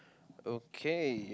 okay